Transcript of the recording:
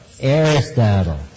Aristotle